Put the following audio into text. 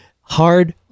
hard